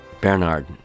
Bernard